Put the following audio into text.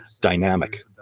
dynamic